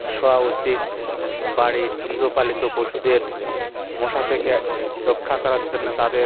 শোওয়া উচিত বাড়ির গৃহপালিত পশুদের মশা থেকে রক্ষা করার জন্য তাদের